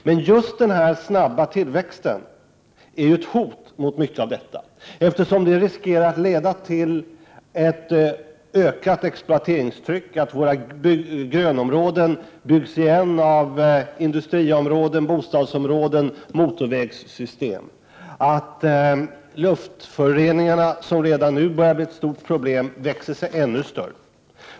Men just den snabba tillväxten är ett hot mot mycket av detta, eftersom den riskerar att leda till ett ökat exploateringstryck, till att våra grönområden byggs igen av industriområden, bostadsområden och motorvägssystem, och till att luftföroreningarna, som redan nu börjar bli ett stort problem, växer sig ännu större.